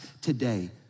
today